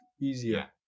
easier